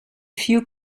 few